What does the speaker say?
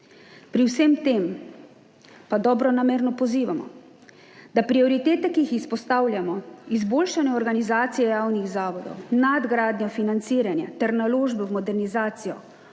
Pri vsem tem pa dobronamerno pozivamo, da prioritete, ki jih izpostavljamo, izboljšanje organizacije javnih zavodov, nadgradnjo financiranja ter naložbe v modernizacijo,